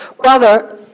Brother